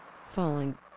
falling